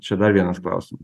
čia dar vienas klausimas